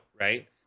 right